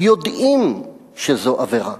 יודעים שזו עבירה